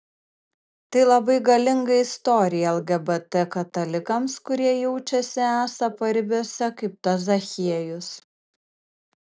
tai labai galinga istorija lgbt katalikams kurie jaučiasi esą paribiuose kaip tas zachiejus